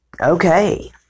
Okay